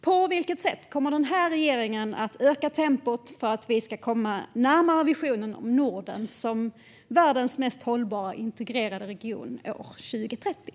På vilket sätt kommer regeringen att öka tempot för att komma närmare visionen om Norden som världens mest hållbara, integrerade region 2030?